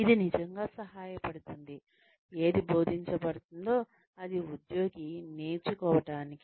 ఇది నిజంగా సహాయపడుతుంది ఏది బోధించబడుతుందో అది ఉద్యోగి నేర్చుకోవటానికి